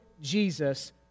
Jesus